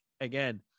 again